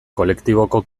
kolektiboko